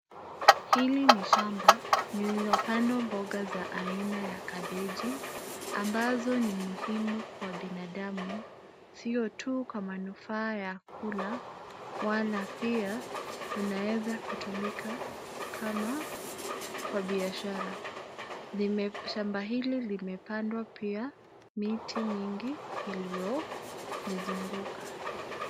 Hili ni shamba lililopandwa mboga ya kabeji ambazo ni muhimu kwa binadamu sio tu kwa manufaa ya kula wala pia inaweza kutumika kama kwa biashara , shamba hili limepandwa pia miti mingi iliyoizunguka.